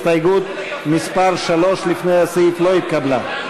הסתייגות מס' 3 לפני הסעיף לא התקבלה.